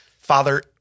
father-